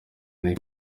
muri